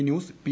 news P